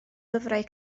lyfrau